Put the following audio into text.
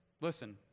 Listen